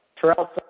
Terrell